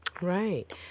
Right